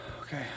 Okay